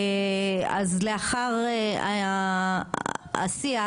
אז לאחר השיח,